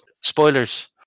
Spoilers